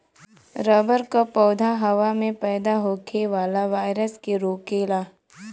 rubber क पौधा हवा में पैदा होखे वाला वायरस के रोकेला